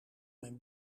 mijn